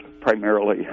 primarily